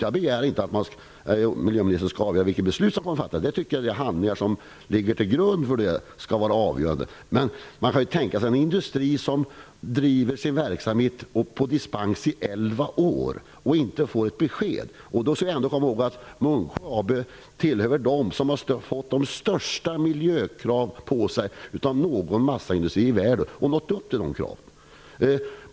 Jag begär inte att miljöministern skall avgöra beslutet. Det är de handlingar som ligger till grund för ärendet som skall vara avgörande. Man kan tänka sig hur det är för en industri som måste driva sin verksamhet på dispens i elva år och inte får ett besked. Vi skall då komma ihåg att Munksjö AB nog tillhör dem som har ålagts de största miljökraven bland massaindustrier i världen och som också har uppfyllt kraven.